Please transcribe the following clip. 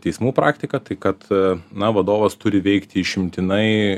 teismų praktika tai kad na vadovas turi veikti išimtinai